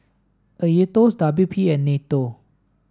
AETOS W P and NATO